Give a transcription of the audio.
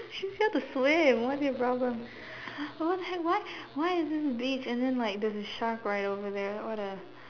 she's here to swim why do you have brows on what the heck why why is this beach and then like there's a shark right over there what a